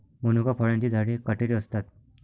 मनुका फळांची झाडे काटेरी असतात